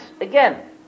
again